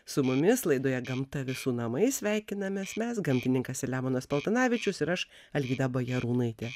su mumis laidoje gamta visų namai sveikinamės mes gamtininkas selemonas paltanavičius ir aš alvyda bajarūnaitė